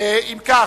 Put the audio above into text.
אם כך,